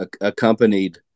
accompanied